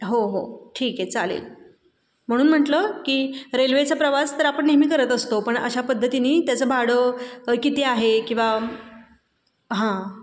हो हो ठीक आहे चालेल म्हणून म्हटलं की रेल्वेचा प्रवास तर आपण नेहमी करत असतो पण अशा पद्धतीने त्याचं भाडं किती आहे किंवा हां